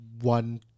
one